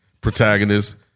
protagonist